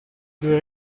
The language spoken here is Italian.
due